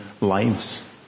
lives